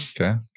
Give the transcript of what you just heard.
Okay